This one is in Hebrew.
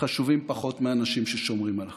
חשובים פחות מאנשים ששומרים על החוק.